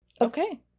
Okay